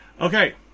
Okay